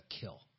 kill